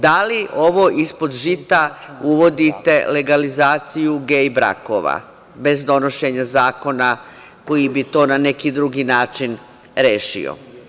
Da li ovo ispod žita uvodite legalizaciju gej brakova, bez donošenja zakona koji bi to na neki drugi način rešio?